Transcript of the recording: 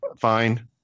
Fine